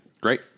Great